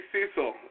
Cecil